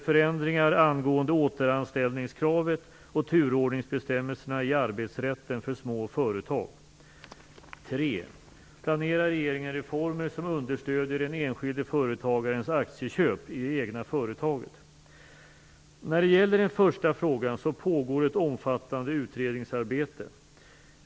När det gäller den första frågan vill jag säga att det pågår ett omfattande utredningsarbete.